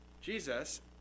Jesus